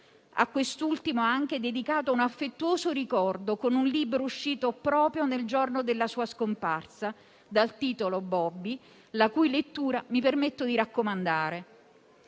A quest'ultimo ha anche dedicato un affettuoso ricordo, con un libro uscito proprio nel giorno della sua scomparsa, dal titolo «Bobi», la cui lettura mi permetto di raccomandare.